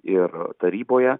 ir taryboje